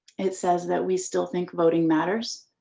it says that we still think voting matters.